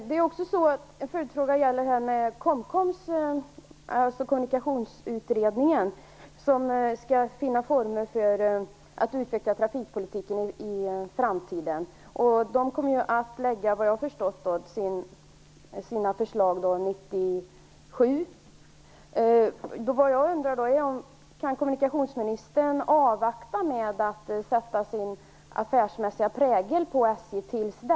Herr talman! Jag har en fråga om Kommunikationsutredningen som skall finna former för att utveckla trafikpolitiken i framtiden. Efter vad jag har förstått kommer den att lägga fram sina förslag 1997.